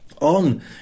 on